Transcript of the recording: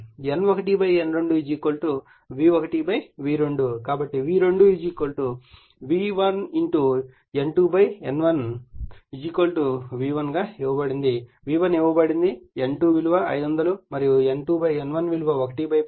N1 N2 V1 V2 కాబట్టి V2 V1 N2 N1 V1 ఇవ్వబడింది N2 విలువ 500 మరియు N2 N1 విలువ 110 అని తెలుసుకోండి